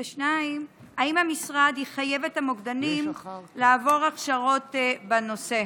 2. האם המשרד יחייב את המוקדנים לעבור הכשרות בנושא?